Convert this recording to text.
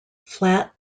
flat